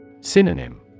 Synonym